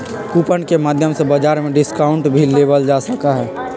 coupon के माध्यम से बाजार में डिस्काउंट भी लेबल जा सका हई